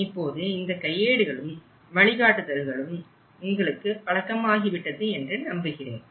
இப்போது இந்த கையேடுகளும் வழிகாட்டுதல்களும் உங்களுக்கு பழக்கமாகிவிட்டது என்று நம்புகிறேன்